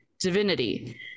divinity